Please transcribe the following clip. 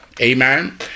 Amen